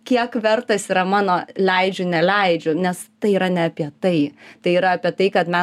kiek vertas yra mano leidžiu neleidžiu nes tai yra ne apie tai tai yra apie tai kad mes